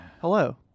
Hello